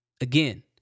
Again